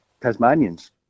Tasmanians